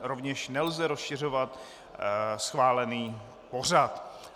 Rovněž nelze rozšiřovat schválený pořad.